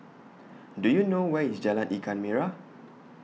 Do YOU know Where IS Jalan Ikan Merah